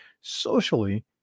socially